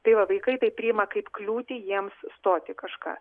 tai va vaikai priima kaip kliūtį jiems stoti kažką